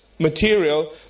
material